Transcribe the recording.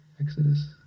Exodus